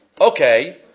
Okay